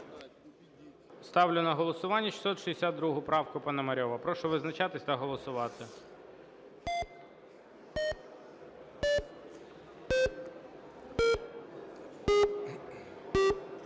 Ставлю на голосування 662 правку Пономарьова. Прошу визначатись та голосувати.